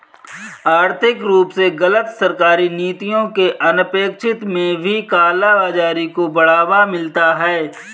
आर्थिक रूप से गलत सरकारी नीतियों के अनपेक्षित में भी काला बाजारी को बढ़ावा मिलता है